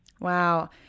Wow